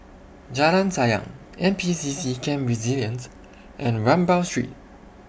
Jalan Sayang N P C C Camp Resilience and Rambau Street